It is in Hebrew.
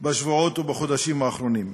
בשבועות ובחודשים האחרונים.